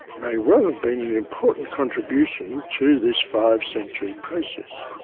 may well have been an important contribution to this five-century process.